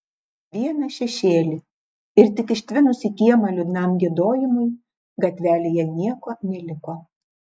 vieną šešėlį ir tik ištvinus į kiemą liūdnam giedojimui gatvelėje nieko neliko